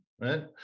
right